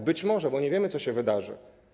Mówię: być może, bo nie wiemy, co się wydarzy.